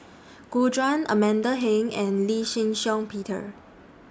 Gu Juan Amanda Heng and Lee Shih Shiong Peter